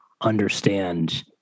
understand